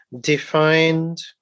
defined